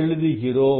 எழுதுகிறோம்